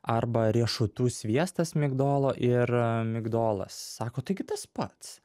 arba riešutų sviestas migdolo ir migdolas sako taigi tas pats